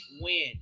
win